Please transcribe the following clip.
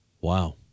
Wow